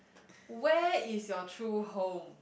where is your true home